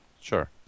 Sure